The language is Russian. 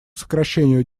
сокращению